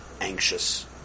anxious